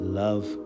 love